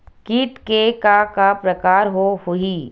कीट के का का प्रकार हो होही?